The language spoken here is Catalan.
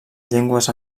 llengües